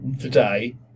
today